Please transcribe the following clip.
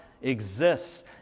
exists